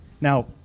Now